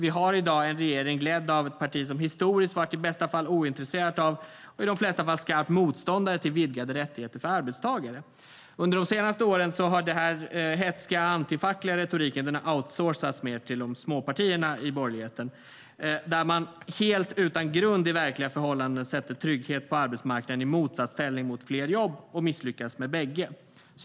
Vi har i dag en regering ledd av ett politiskt parti som historiskt varit i bästa fall ointresserat av och i de flesta fall skarp motståndare till vidgade rättigheter för arbetstagare. Under de senaste åren har den hätska antifackliga retoriken outsourcats mer till småpartierna i borgerligheten där man helt utan grund i de verkliga förhållandena sätter trygghet på arbetsmarknaden i motsatsställning till fler jobb och misslyckas med bägge.